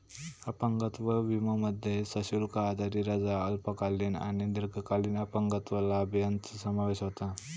अपंगत्व विमोमध्ये सशुल्क आजारी रजा, अल्पकालीन आणि दीर्घकालीन अपंगत्व लाभ यांचो समावेश होता